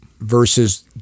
versus